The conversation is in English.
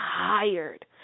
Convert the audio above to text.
tired